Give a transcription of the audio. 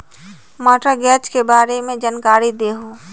Mortgage के बारे में जानकारी देहु?